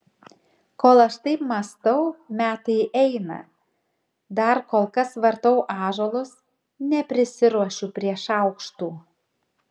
kol aš taip mąstau metai eina dar kol kas vartau ąžuolus neprisiruošiu prie šaukštų